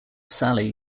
sally